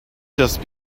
just